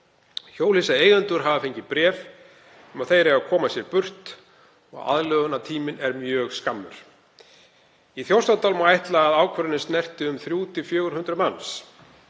Hjólhýsaeigendur hafa fengið bréf um að þeir eigi að koma sér burt og aðlögunartíminn er mjög skammur. Í Þjórsárdal má ætla að ákvörðunin snerti um 300 til 400 manns.